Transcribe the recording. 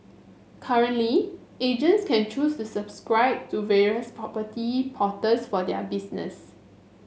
currently agents can choose to subscribe to various property porters for their business